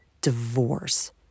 divorce